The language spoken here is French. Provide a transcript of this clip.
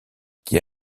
qui